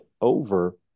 over